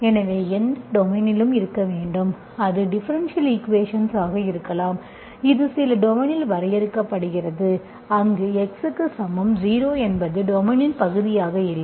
எனவே எந்த டொமைனிலும் இருக்க வேண்டும் இது டிஃபரென்ஷியல் ஈக்குவேஷன் ஆக இருக்கலாம் இது சில டொமைனில் வரையறுக்கப்படுகிறது அங்கு x க்கு சமம் 0 என்பது டொமைனின் பகுதியாக இல்லை